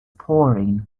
pouring